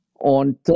on